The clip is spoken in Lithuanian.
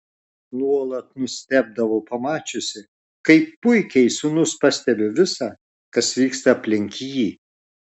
nuolat nustebdavo pamačiusi kaip puikiai sūnus pastebi visa kas vyksta aplink jį